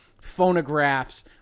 phonographs